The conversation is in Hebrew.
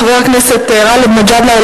חבר הכנסת גאלב מג'אדלה,